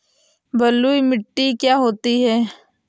बलुइ मिट्टी क्या होती हैं?